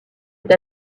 est